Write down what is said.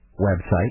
website